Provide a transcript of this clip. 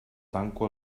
tanco